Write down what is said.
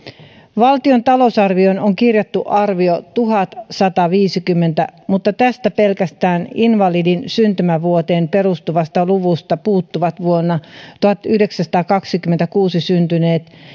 valtion talousarvioon on kirjattu arvio tuhatsataviisikymmentä mutta tästä pelkästään invalidin syntymävuoteen perustuvasta luvusta puuttuvat vuonna tuhatyhdeksänsataakaksikymmentäkuusi syntyneet